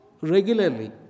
regularly